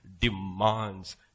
demands